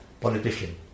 politician